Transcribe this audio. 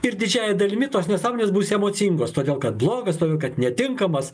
ir didžiąja dalimi tos nesąmonės bus emocingos todėl kad blogas todėl kad netinkamas